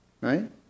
Right